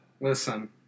Listen